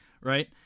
Right